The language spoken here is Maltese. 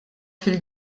fil